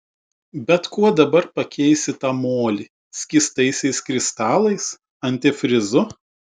bet kuo dabar pakeisi tą molį skystaisiais kristalais antifrizu